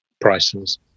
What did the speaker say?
prices